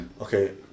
Okay